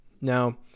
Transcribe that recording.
Now